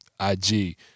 IG